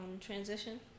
Transition